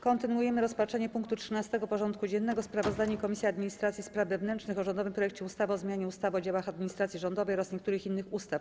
Kontynuujemy rozpatrywanie punktu 13. porządku dziennego: Sprawozdanie Komisji Administracji i Spraw Wewnętrznych o rządowym projekcie ustawy o zmianie ustawy o działach administracji rządowej oraz niektórych innych ustaw.